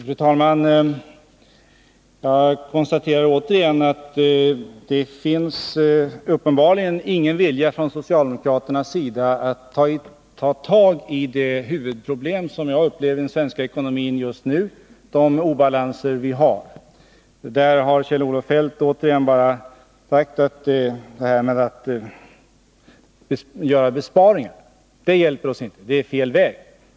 Fru talman! Jag konstaterar återigen att det uppenbarligen inte finns någon vilja från socialdemokraternas sida att ta tag i det huvudproblem som jag upplever i den svenska ekonomin just nu — de obalanser vi har. Kjell-Olof Feldt har återigen bara sagt att det inte hjälper oss att göra besparingar; det är fel väg.